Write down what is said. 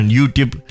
YouTube